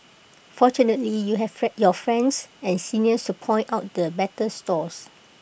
fortunately you have your friends and seniors to point out the better stalls